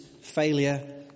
failure